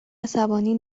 عصبانی